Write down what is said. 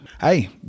Hey